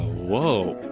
whoa.